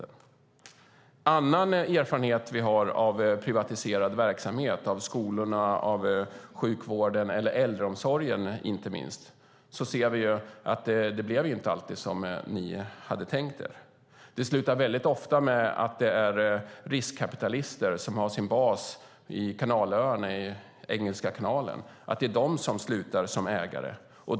Vi ser av annan erfarenhet vi har av privatiserad verksamhet - skolorna, sjukvården eller inte minst äldreomsorgen - att det inte alltid blev som ni hade tänkt er. Väldigt ofta är det riskkapitalister som har sin bas på kanalöarna i Engelska kanalen som slutar som ägare.